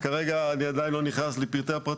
אני כרגע עדיין לא נכנס לפרטי הפרטים.